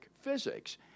physics